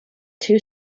two